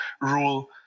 rule